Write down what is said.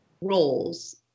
roles